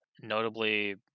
Notably